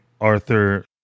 Arthur